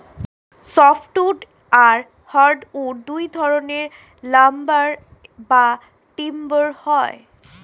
soft wood আর hard wood দুই ধরনের লাম্বার বা টিম্বার হয়